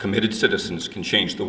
committed citizens can change the